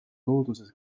looduses